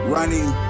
Running